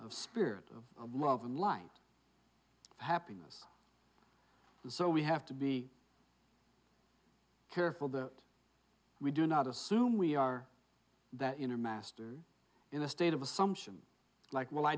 of spirit of love and light happiness so we have to be careful that we do not assume we are that inner master in a state of assumption like well i